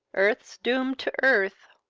earth's doom'd to earth,